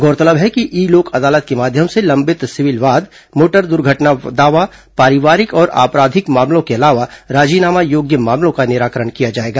गौरतलब है कि ई लोक अदालत के माध्यम से लंबित सिविल वाद मोटर दुर्घटना दावा पारिवारिक और आपराधिक मामले के अलावा राजीनामा योग्य मामलों का निराकरण किया जाएगा